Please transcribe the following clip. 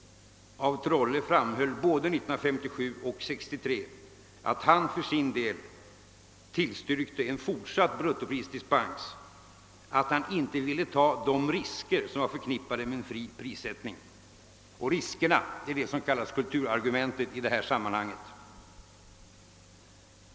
af Trolle framhöll både 1957 och 1963 att han för sin del tillstyrkte en fortsatt bruttoprisdispens och att han inte ville ta de risker som var förknippade med en fri prissättning. Och riskerna, det är det som kallas »kulturargumentet» i det här sammanhanget.